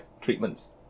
treatments